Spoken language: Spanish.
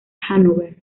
hannover